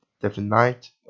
definite